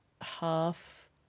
half